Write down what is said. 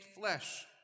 flesh